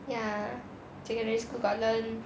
ya secondary school got learn